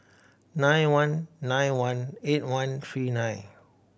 nine one nine one eight one three nine